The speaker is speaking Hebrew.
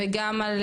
וגם על